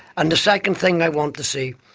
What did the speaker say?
and the second thing i want to see,